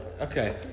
Okay